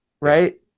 right